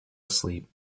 asleep